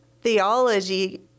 theology